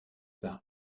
par